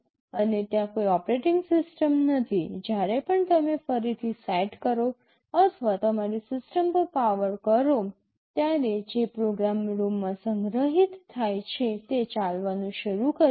અને ત્યાં કોઈ ઑપરેટિંગ સિસ્ટમ નથી જ્યારે પણ તમે ફરીથી સેટ કરો અથવા તમારી સિસ્ટમ પર પાવર કરો ત્યારે જે પ્રોગ્રામ ROM માં સંગ્રહિત છે તે ચાલવાનું શરૂ કરે છે